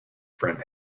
friend